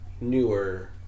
newer